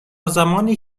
زمانی